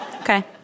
Okay